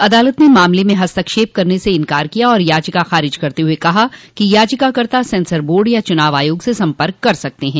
अदालत ने मामले में हस्तक्षेप करने से इनकार किया और याचिका खारिज करते हुए कहा कि याचिकाकर्ता सेंसर बोर्ड या चूनाव आयोग से संपर्क कर सकते है